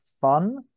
fun